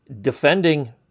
Defending